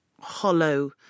hollow